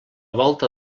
volta